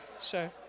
Sure